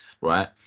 right